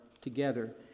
together